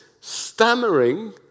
stammering